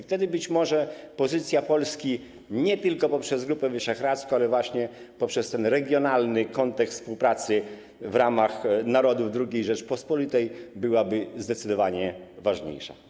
Wtedy być może pozycja Polski nie tylko poprzez Grupę Wyszehradzką, ale również właśnie poprzez ten regionalny kontekst współpracy w ramach narodów II Rzeczypospolitej byłaby zdecydowanie ważniejsza.